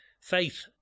faith